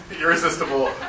irresistible